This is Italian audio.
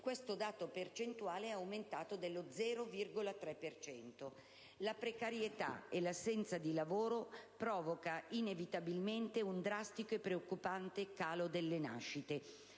questo dato percentuale è aumentato dello 0,3 per cento. La precarietà e l'assenza di lavoro provocano inevitabilmente un drastico e preoccupante calo delle nascite: